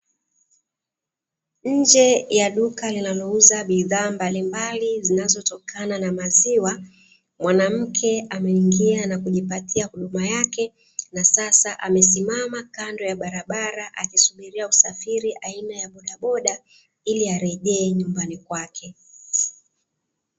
Nje ya duka linalouza bidhaa mbalimbali zinazotokana na maziwa, mwanamke ameingia na kujipatia huduma yake na sasa amesimama kando ya barabara akisubiria usafiri aina ya bodaboda ili arejee nyumbani kwake.